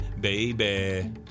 baby